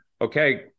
Okay